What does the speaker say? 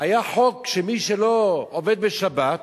היה חוק שמי שלא עובד בשבת